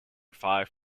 five